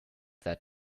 that